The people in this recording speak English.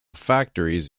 factories